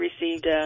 received